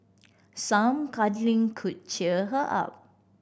some cuddling could cheer her up